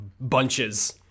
bunches